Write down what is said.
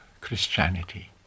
Christianity